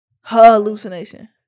hallucination